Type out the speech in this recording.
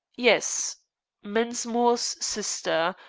yes mensmore's sister,